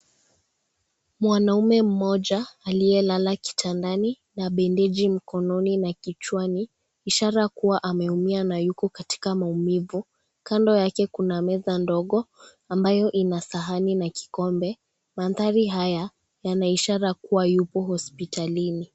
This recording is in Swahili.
Mwanaume mmoja aliyelala kitandani na bendeji mkononi na kichwani ishara kuwa ameumia na yuko katika maumivu. Kando yake kuna meza ndogo ambayo ina sahani na kikombe. Mandhari haya yana ishara kuwa yuko hospitalini.